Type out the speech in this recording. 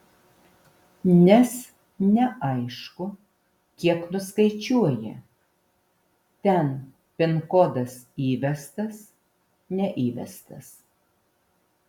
nes neaišku kiek nuskaičiuoja ten pin kodas įvestas neįvestas